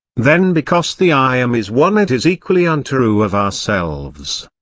then because the i am is one it is equally untrue of ourselves.